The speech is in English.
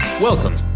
Welcome